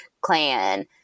clan